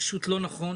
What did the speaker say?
זה פשוט לא נכון.